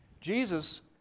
Jesus